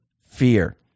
fear